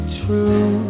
true